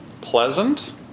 pleasant